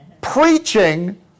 Preaching